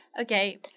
Okay